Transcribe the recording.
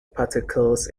particles